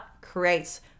creates